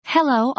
Hello